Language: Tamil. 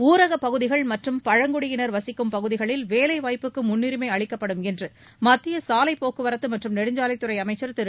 ஊரகப் பகுதிகள் மற்றும் பழங்குடியினர் வசிக்கும் பகுதிகளில் வேலைவாய்ப்புக்கு முன்னுரிமை வழங்கப்படும் என்று சாலைப்போக்குவரத்து மற்றும் நெடுஞ்சாலைத்துறை அமைச்சர் திரு